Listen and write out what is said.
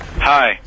Hi